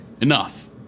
Enough